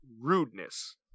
rudeness